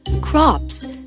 crops